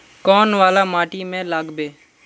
कौन वाला माटी में लागबे?